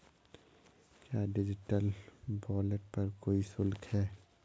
क्या digital wallet पर कोई शुल्क है?